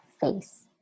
face